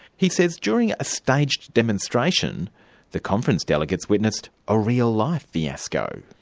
he says during a staged demonstration the conference delegates witnessed a real-life fiasco.